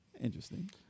Interesting